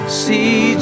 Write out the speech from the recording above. see